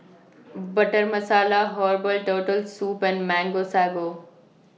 Butter Masala Herbal Turtle Soup and Mango Sago